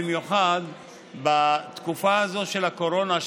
במיוחד בתקופה הזאת של הקורונה,